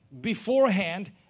beforehand